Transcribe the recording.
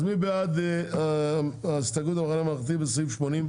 אז מי בעד הסתייגות המחנה הממלכתי בסעיף 86